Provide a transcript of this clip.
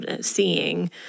seeing